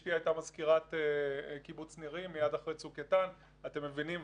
אשתי הייתה מזכירת קיבוץ נירים מייד אחרי צוק איתן - אתם מבינים,